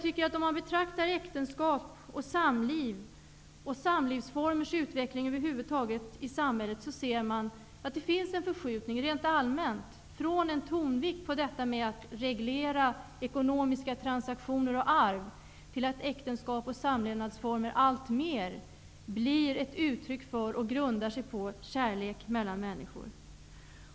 När man betraktar äktenskap, samliv och över huvud taget samlevnadsformers utveckling i samhället, finner man att det rent allmänt sker en förskjutning från en tonvikt på att reglera ekonomiska transaktioner och arv till att äktenskap och samlevnadsformer alltmer blir uttryck för och grundar sig på kärlek mellan människor.